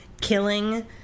killing